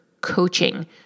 coaching